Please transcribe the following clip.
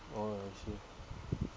oh I see